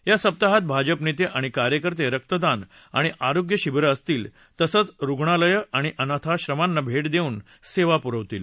या सप्ताहात भाजपा नेते आणि कार्यकर्ते रक्तदान आणि आरोग्य शिबिरं असतील तसंच रुग्णालयं आणि अनाथाश्रतांना भेट देऊन सेवा पुरवतील